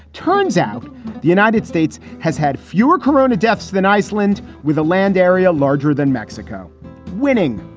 turns out the united states has had fewer korona deaths than iceland with a land area larger than mexico winning.